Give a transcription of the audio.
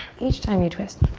each time you twist.